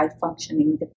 functioning